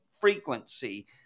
frequency